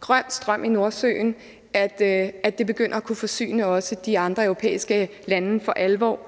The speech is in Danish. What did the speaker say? grøn strøm i Nordsøen, at den også for alvor begynder at kunne forsyne de andre europæiske lande – og